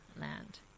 land